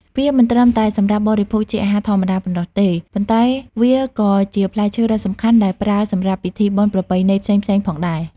វាមិនត្រឹមតែសម្រាប់បរិភោគជាអាហារធម្មតាប៉ុណ្ណោះទេ ប៉ុន្តែវាក៏ជាផ្លែឈើដ៏សំខាន់ដែលប្រើសម្រាប់ពិធីបុណ្យប្រពៃណីផ្សេងៗផងដែរ។